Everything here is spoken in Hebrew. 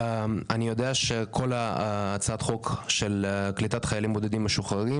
אני יודע שכל הצעת החוק של קליטת חיילים בודדים משוחררים